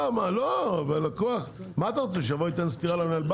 מה אתה רוצה, שהוא יבוא לתת סטירה למנהל הבנק?